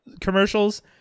commercials